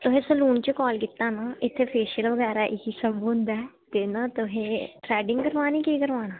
में salon call कीता ऐ इत्थें फैशियल बगैरा होंदे न ते केह् ना तुसें थ्रेडिंग करानी केह् कराना